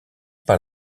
par